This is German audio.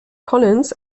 collins